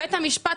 בית המשפט,